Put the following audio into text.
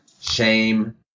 shame